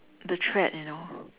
the thread you know